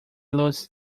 los